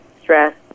Stress